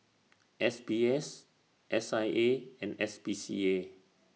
S B S S I A and S P C A